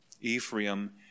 Ephraim